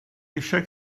eisiau